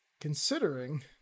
Considering